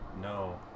No